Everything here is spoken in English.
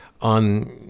on